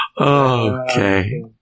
Okay